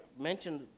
mentioned